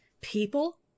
People